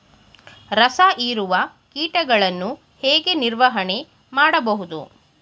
ರಸ ಹೀರುವ ಕೀಟಗಳನ್ನು ಹೇಗೆ ನಿರ್ವಹಣೆ ಮಾಡಬಹುದು?